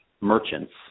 merchants